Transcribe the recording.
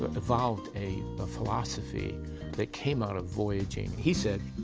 but evolved a but philosophy that came out of voyaging. he said,